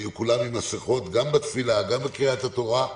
היו כולם עם מסכות גם בתפילה, גם בקריאת התורה.